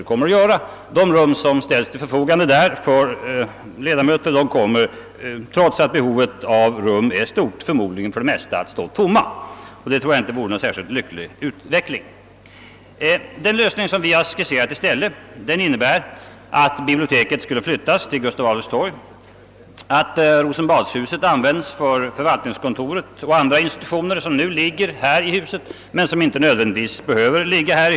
Trots att behovet av arbetsrum är stort, tror jag att rummen i Rosenbadsfastigheten för det mesta kommer att stå tomma. Detta vore ju inte någon särskilt lycklig utveckling. Den lösning som vi i stället har skisserat innebär att biblioteket skulle flyttas till Gustav Adolfs torg och att Rosenbadshuset skulle användas för förvaltningskontoret och andra institutioner, som nu ligger här i huset men som inte nödvändigtvis behöver göra det.